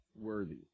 worthy